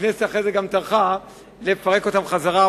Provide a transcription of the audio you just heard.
הכנסת אחרי זה טרחה לפרק אותן חזרה.